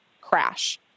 crash